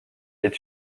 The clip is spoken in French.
est